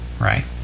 right